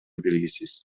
белгисиз